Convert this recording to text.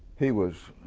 he was